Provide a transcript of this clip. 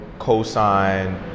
cosign